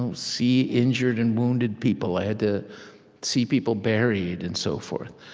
and see injured and wounded people. i had to see people buried, and so forth.